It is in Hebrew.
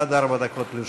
עד ארבע דקות לרשותך.